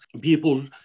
people